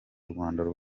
rwanda